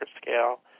scale